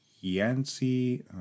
Yancy